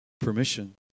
Permission